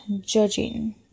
judging